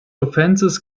offenses